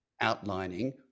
outlining